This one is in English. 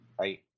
right